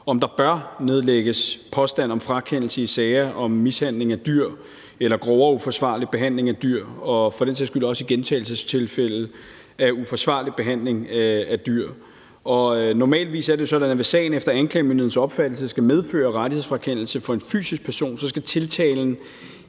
om der bør nedlægges påstand om frakendelse i sager om mishandling af dyr eller grovere uforsvarlig behandling af dyr, og for den sags skyld også i gentagelsestilfælde. Normalt er det sådan, at hvis sagen efter anklagemyndighedens opfattelse skal medføre rettighedsfrakendelse for en fysisk person, skal tiltalen